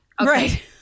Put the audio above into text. right